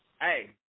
Hey